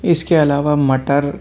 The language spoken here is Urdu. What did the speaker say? اِس کے علاوہ مٹر